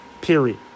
Period